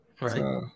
Right